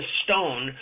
stone